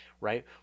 right